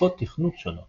שפות תכנות שונות.